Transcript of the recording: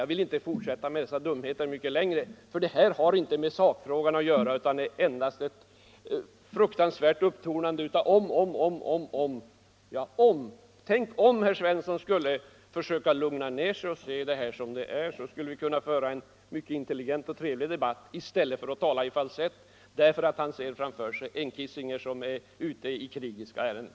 Jag vill inte fortsätta med dessa dumheter längre, ty detta har inte med sakfrågan att göra utan är endast ett fruktansvärt upptonande av ”om'”'. Tänk om herr Svensson i stället skulle försöka lugna ner sig och se frågorna som de är. Då skulle vi kunna före en mycket intelligent och trevlig debatt, och herr Svensson behövde inte tala i falsett därför att han framför sig ser en Kissinger som är ute i krigiska ärenden.